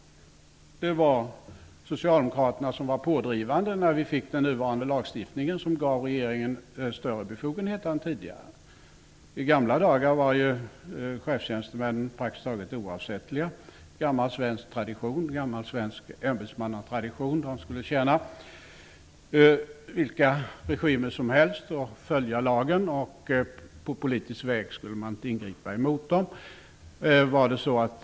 Det var ju socialdemokraterna som var pådrivande när den nuvarande lagstiftningen infördes, som gav regeringen större befogenheter än tidigare. I gamla tider var ju chefstjänstemännen praktiskt taget oavsättliga. Enligt gammal svensk tradition och ämbetsmannatradition skulle de tjäna vilka regimer som helst och följa lagen. Man skulle inte ingripa mot dem på politisk väg.